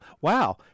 wow